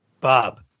Bob